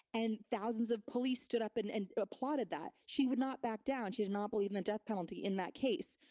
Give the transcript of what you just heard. and thousands of police stood up and and applauded that, she would not back down. she does not believe in the death penalty in that case.